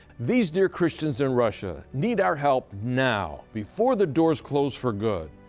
these dear christians in russia need our help now before the doors close for good.